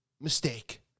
mistake